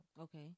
Okay